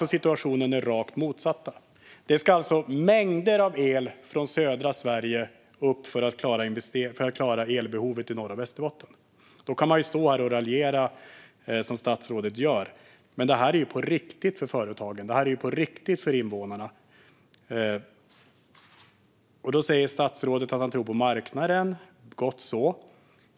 Nu är situationen den rakt motsatta: Det ska mängder av el från södra Sverige upp för att klara elbehovet i norra Västerbotten. Då kan man stå här och raljera som statsrådet gör. Men detta är på riktigt för företagen och för invånarna. Statsrådet säger att han tror på marknaden, gott så.